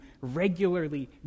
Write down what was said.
regularly